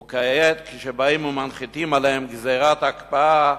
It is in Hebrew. וכעת, כשבאים ומנחיתים עליהם גזירת הקפאה,